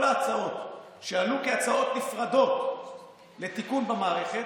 ההצעות שעלו כהצעות נפרדות לתיקון במערכת,